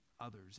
others